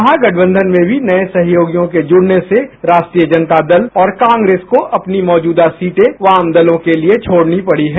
महागठबंधन में भी नये सहयोगियों के जुडने से राष्ट्रीय जनता दल और कांग्रेस को अपनी मौजूदा सीटें वामदलों के लिए छोडनी पडी है